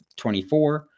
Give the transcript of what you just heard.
24